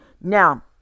Now